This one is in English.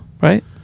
Right